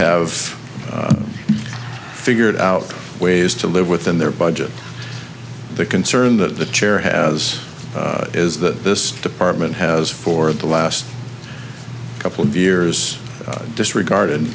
have figured out ways to live within their budget the concern that the chair has is that this department has for the last couple of years disregarded